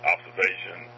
Observation